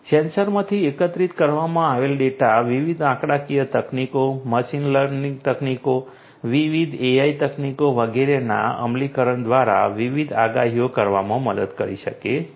સેન્સરમાંથી એકત્રિત કરવામાં આવેલ ડેટા વિવિધ આંકડાકીય તકનીકો મશીન લર્નિંગ તકનીકો વિવિધ AI તકનીકો વગેરેના અમલીકરણ દ્વારા વિવિધ આગાહીઓ કરવામાં મદદ કરી શકે છે